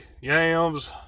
yams